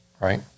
Right